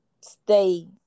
stay